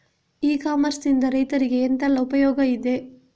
E commerce ನಿಂದ ರೈತರಿಗೆ ಎಂತೆಲ್ಲ ಉಪಯೋಗ ಇದೆ?